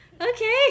Okay